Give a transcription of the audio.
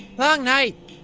long night.